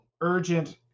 urgent